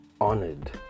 honored